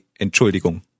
Entschuldigung